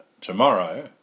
tomorrow